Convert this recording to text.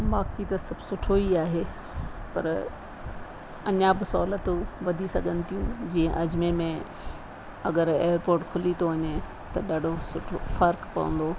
बाक़ी त सभु सुठो ई आहे पर अञा बि सहूलियतूं वधी सघनि थियूं जीअं अजमेर में अगरि एयरपोर्ट खुली थो वञे त ॾाढो सुठो फर्क़ु पवंदो